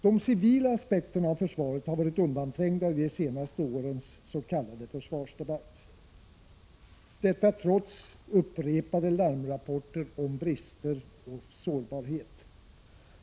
De civila aspekterna av försvaret har varit undanträngda i de senaste årens s.k. försvarsdebatt, detta trots upprepade larmrapporter om brister och sårbarhet.